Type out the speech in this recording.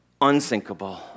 unsinkable